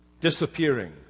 Disappearing